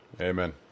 Amen